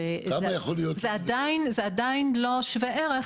כמה יכול להיות --- זה עדיין לא שווה ערך